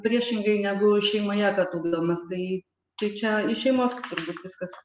priešingai negu šeimoje kad ugdomas tai tai čia iš šeimos turbūt viskas